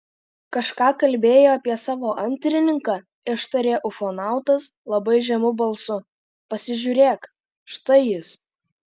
kažką kalbėjai apie savo antrininką ištarė ufonautas labai žemu balsu pasižiūrėk štai jis